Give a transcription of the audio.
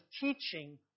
teaching